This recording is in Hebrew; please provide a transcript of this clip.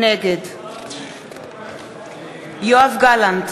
נגד יואב גלנט,